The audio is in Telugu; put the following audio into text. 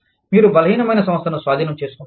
మీరు బలహీనమైన సంస్థను స్వాధీనం చేసుకుంటారు